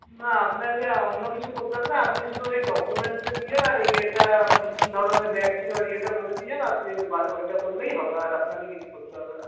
না আপনাকে অন্য কিছু করতে হবে না আপনি শুধু ওই ডকুমেন্টেসের ইয়ে আর ইয়েটা আপনার কি ধরনের ব্যাগ ছিল ওর ইয়েটা বলে দিয়ে যান তাহলে ওইটা করলেই হবে আর আপনাকে আর কিছু করতে হবে না